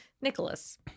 Nicholas